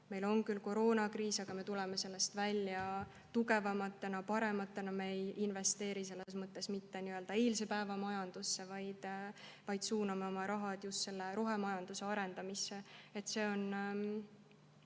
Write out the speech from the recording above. meil on küll koroonakriis, aga me tuleme sellest välja tugevamatena, parematena. Me ei investeeri mitte eilse päeva majandusse, vaid suuname oma raha just rohemajanduse arendamisse. See on